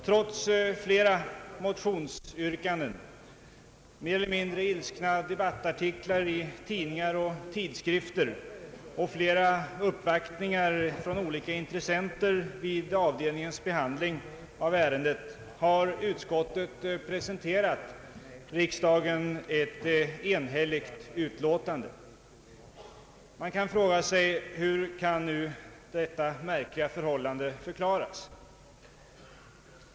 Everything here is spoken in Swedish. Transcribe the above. Trots flera motionsyrkanden, mer eller mindre ilskna debattartiklar i tidningar och tidskrifter och flera uppvaktningar från olika intressenter vid avdelningens behandling av ärendet har utskottet presenterat riksdagen ett enhälligt utlåtande. Man frågar sig: Hur kan detta märkliga förhållande förklaras?